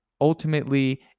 ultimately